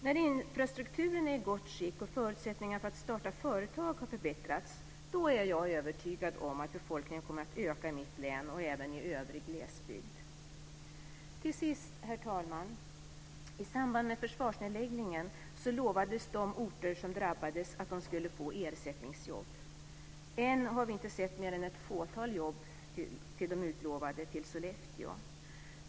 När infrastrukturen är i gott skick och förutsättningarna för att starta företag har förbättrats är jag övertygad om att befolkningen kommer att öka i mitt län och även i övrig glesbygd. Till sist, herr talman, vill jag ta upp detta: I samband med försvarsnedläggningen lovades de orter som drabbades att de skulle få ersättningsjobb. Än har vi inte sett mer än ett fåtal jobb av de utlovade till Sollefteå.